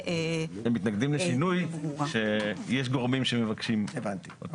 -- אתם מתנגדים לשינוי שיש גורמים שמבקשים אותו.